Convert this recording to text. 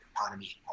economy